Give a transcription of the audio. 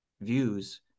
views